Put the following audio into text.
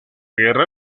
guerra